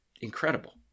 incredible